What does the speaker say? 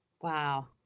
wow